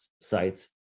sites